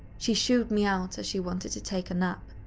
she shooed me out as she wanted to take a nap.